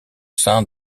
sein